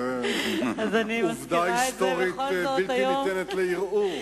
זאת עובדה היסטורית בלתי ניתנת לערעור.